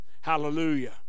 Hallelujah